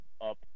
up